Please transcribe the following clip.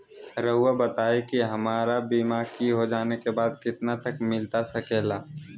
रहुआ बताइए कि हमारा बीमा हो जाने के बाद कितना तक मिलता सके ला?